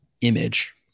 image